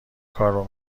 کارو